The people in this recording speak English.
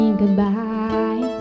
goodbye